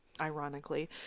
ironically